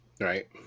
Right